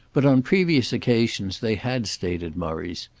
but on previous occasions they had stayed at murray's.